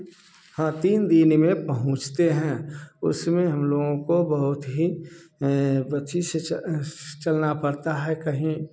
हाँ तीन दिन में पहुँचते हैं उसमें हम लोगों को बहुत ही बची से चल चलना पड़ता है कहीं